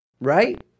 Right